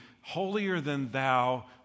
holier-than-thou